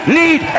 need